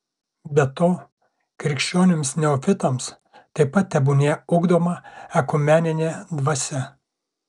be to krikščionims neofitams taip pat tebūnie ugdoma ekumeninė dvasia